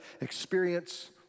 experience